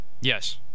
Yes